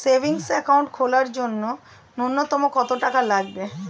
Savings account খোলার জন্য নূন্যতম কত টাকা লাগবে?